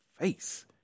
face